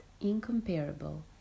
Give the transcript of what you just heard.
incomparable